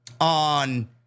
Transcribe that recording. on